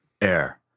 air